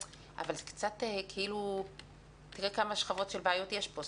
תראה כמה שכבות של בעיות יש פה,